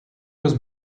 was